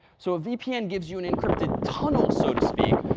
so a vpn gives you an encrypted tunnel, so to speak,